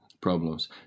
problems